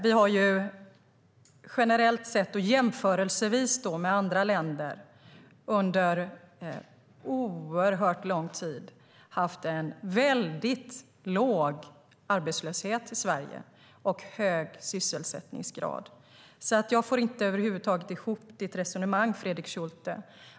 Vi har generellt sett och i jämförelse med andra länder under oerhört lång tid haft en väldigt låg arbetslöshet och hög sysselsättningsgrad i Sverige. Därför får jag över huvud taget inte ihop ditt resonemang, Fredrik Schulte.